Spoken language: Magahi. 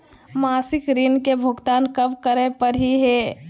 मासिक ऋण के भुगतान कब करै परही हे?